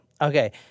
okay